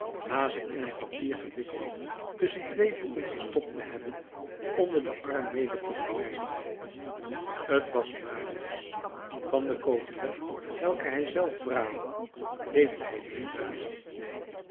na ze in een papier gewikkeld tusschen twee boeken gestopt te hebben onder den arm mede te verwijderen t was marius van de cotelet welke hij zelf braadde leefde hij drie dagen